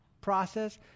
process